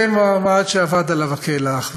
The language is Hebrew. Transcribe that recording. זה מעמד שאבד עליו הכלח,